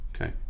Okay